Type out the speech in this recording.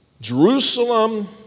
Jerusalem